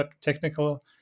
technical